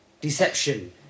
deception